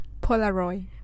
polaroid